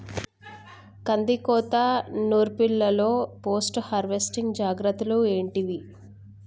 కందికోత నుర్పిల్లలో post harvesting జాగ్రత్తలు ఏంటివి?